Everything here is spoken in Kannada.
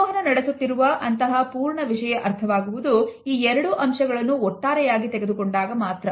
ಸಂವಹನ ನಡೆಸುತ್ತಿರುವ ಅಂತಹ ಪೂರ್ಣ ವಿಷಯ ಅರ್ಥವಾಗುವುದು ಈ ಎರಡು ಅಂಶಗಳನ್ನು ಒಟ್ಟಾರೆಯಾಗಿ ತೆಗೆದುಕೊಂಡಾಗ ಮಾತ್ರ